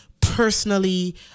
personally